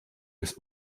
des